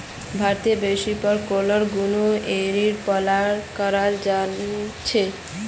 भारतत बेसी पर ओक मूंगा एरीर पालन कराल जा छेक